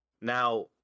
Now